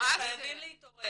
אתם חייבים להתעורר.